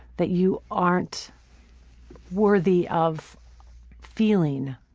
that you aren't worthy of feeling.